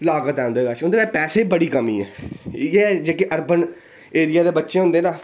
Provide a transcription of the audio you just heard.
लागत ऐ उं'दे कश उं'दे पैसै दी बड़ी कमी ऐ इ'यै जेह्के अरबन एरिये दे बच्चे होंदे न